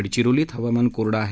गडचिरोलीत हवामान कोरडे आहे